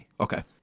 Okay